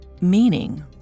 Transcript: Meaning